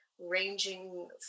ranging